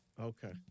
Okay